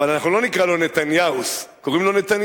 אבל אנחנו לא נקרא לו נתניהוס, קוראים לו נתניהו.